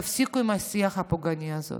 תפסיקו עם השיח הפוגעני הזה.